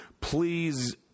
please